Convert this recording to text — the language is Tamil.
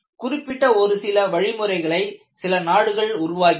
குறிப்பிட்ட ஒரு சில வழிமுறைகளை சில நாடுகள் உருவாக்கின